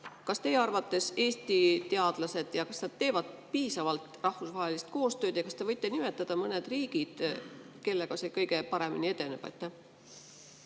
Kas teie arvates Eesti teadlased teevad piisavalt rahvusvahelist koostööd? Ja kas te võite nimetada mõned riigid, kellega see kõige paremini edeneb?